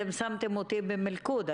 שמתם אותי במלכוד,